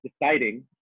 deciding